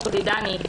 מור לידאני,